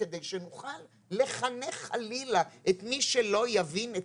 כדי שנוכל לחנך חלילה את מי שלא יבין את